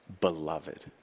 beloved